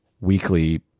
weekly